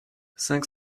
cinq